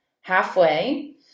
Halfway